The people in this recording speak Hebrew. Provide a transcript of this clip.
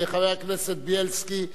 חבר הכנסת בילסקי.